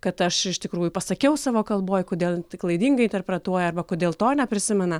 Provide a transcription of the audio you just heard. kad aš iš tikrųjų pasakiau savo kalboj kodėl klaidingai interpretuoja arba kodėl to neprisimena